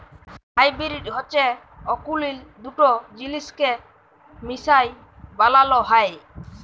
hybrid হছে অকুলীল দুট জিলিসকে মিশায় বালাল হ্যয়